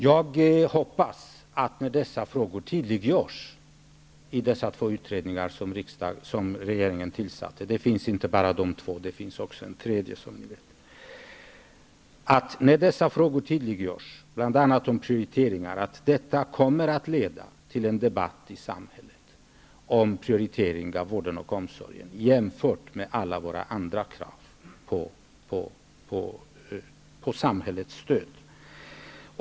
Jag hoppas att dessa frågor tas upp i de två utredningar som regeringen har tillsatt -- det finns även en tredje utredning --, bl.a. frågan om prioriteringar, och att det kommer att leda till en debatt i samhället om prioriteringen av vården och omsorgen jämfört med alla andra krav på samhällets stöd.